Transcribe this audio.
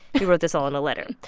he wrote this all in a letter.